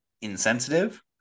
insensitive